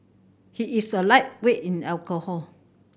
he is a lightweight in alcohol